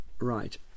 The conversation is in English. Right